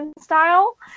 style